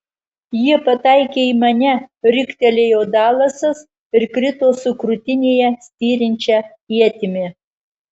jie pataikė į mane riktelėjo dalasas ir krito su krūtinėje styrinčia ietimi